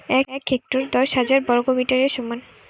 এক হেক্টর দশ হাজার বর্গমিটারের সমান